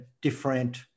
different